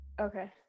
okay